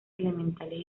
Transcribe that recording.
elementales